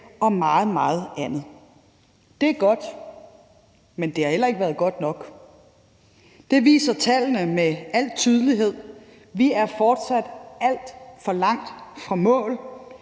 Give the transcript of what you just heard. og meget, meget andet. Det er godt. Men det har heller ikke været godt nok. Det viser tallene med al tydelighed. Vi er fortsat alt for langt fra mål,